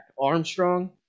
Armstrong